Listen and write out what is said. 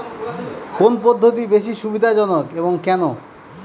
কোন পদ্ধতি বেশি সুবিধাজনক এবং কেন?